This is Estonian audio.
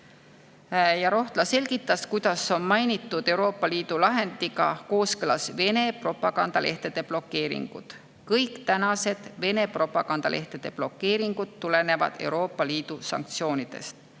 Rohtla selgitas, kuidas on mainitud Euroopa Liidu lahendiga kooskõlas Vene propagandalehtede blokeeringud. Kõik Vene propagandalehtede blokeeringud tulenevad Euroopa Liidu sanktsioonidest.